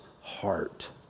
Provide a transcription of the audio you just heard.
heart